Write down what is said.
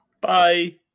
Bye